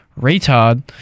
retard